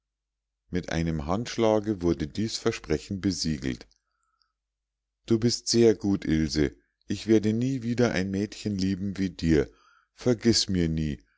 mit einem handschlage wurde dies versprechen besiegelt du bist sehr gut ilse ich werde nie wieder ein mädchen lieben wie dir vergiß mir nie